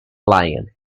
lion